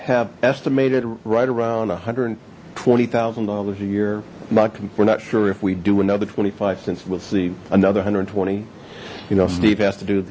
have estimated right around one hundred and twenty thousand dollars a year mike we're not sure if we do another twenty five cents we'll see another hundred twenty you know steve has to do